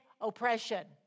oppression